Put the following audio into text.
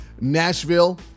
Nashville